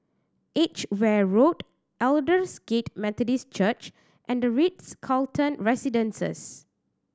Edgeware Road Aldersgate Methodist Church and The Ritz Carlton Residences